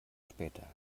später